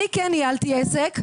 אני כן ניהלתי עסק,